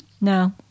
No